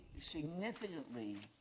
significantly